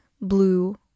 blue